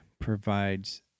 provides